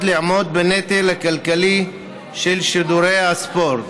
לעמוד בנטל הכלכלי של שידורי הספורט.